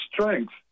strength